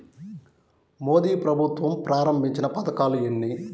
మోదీ ప్రభుత్వం ప్రారంభించిన పథకాలు ఎన్ని?